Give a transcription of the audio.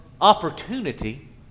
opportunity